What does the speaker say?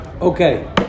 Okay